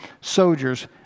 soldiers